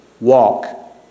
walk